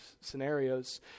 scenarios